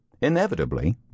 Inevitably